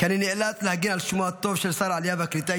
כי אני נאלץ להגן על שמו הטוב של שר העלייה והקליטה,